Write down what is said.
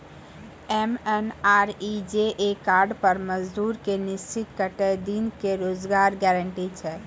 MNREGA card पर मजदुर के निश्चित कत्तेक दिन के रोजगार गारंटी छै?